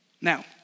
Now